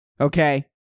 Okay